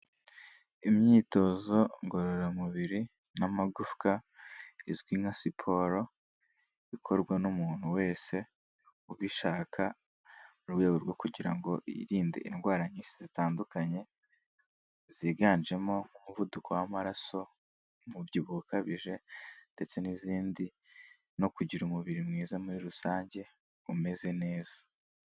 Imyitozo ngororamubiri n'amagufwa izwi nka siporo, ikorwa n'umuntu wese ubishaka mu rwego rwo kugira ngo yirinde indwara nyinshi zitandukanye ziganjemo umuvuduko w'amaraso, umubyibuho ukabije ndetse n'izindi no kugira umubiri mwiza muri rusange umeze neza.